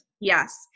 Yes